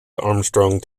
armstrong